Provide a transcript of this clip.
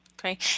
Okay